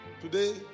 Today